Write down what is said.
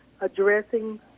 addressing